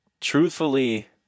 truthfully